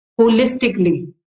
holistically